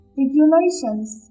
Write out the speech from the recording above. regulations